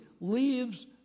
leaves